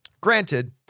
granted